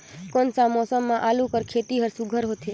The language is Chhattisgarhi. कोन सा मौसम म आलू कर खेती सुघ्घर होथे?